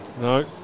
No